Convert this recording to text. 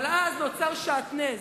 אבל אז נוצר שעטנז.